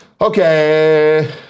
Okay